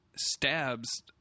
stabs